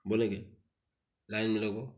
बोलेंगे लाइन में लगो